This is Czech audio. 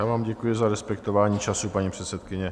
Já vám děkuji za respektování času, paní předsedkyně.